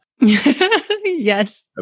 Yes